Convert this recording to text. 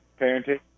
parenting